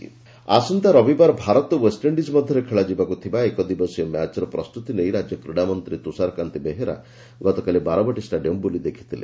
ଖେଳ ଆସନ୍ତା ରବିବାର ଭାରତ ଓେଷଇଣ୍ଡିକ୍ ମଧରେ ଖେଳାଯିବାକୁ ଥିବା ଏକ ଦିବସୀୟ ମ୍ୟାଚ୍ର ପ୍ରସ୍ତୁତି ନେଇ ରାଜ୍ୟ କ୍ରୀଡ଼ାମନ୍ତୀ ତୁଷାରକ୍ତାନ୍ତୀ ବେହେରା ଗତକାଲି ବାରବାଟୀ ଷ୍ଟାଡିୟମ୍ ବୁଲି ଦେଖିଥିଲେ